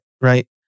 right